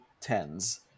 tens